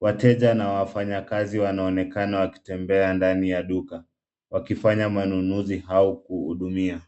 Wateja na wafanyakazi wanaonekana wakitembea ndani ya duka wakifanya manunuzi au kuhudumia.